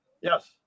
Yes